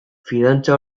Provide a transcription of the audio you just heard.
fidantza